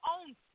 own